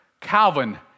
Calvin